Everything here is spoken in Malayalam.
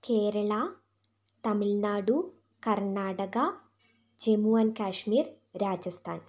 കേരള തമിഴ്നാടു കർണ്ണാടക ജമ്മു ആൻ്റ് കാശ്മീർ രാജസ്ഥാൻ